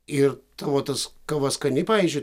ir tavo tas kava skani pavyzdžiui